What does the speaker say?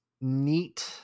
neat